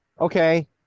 Okay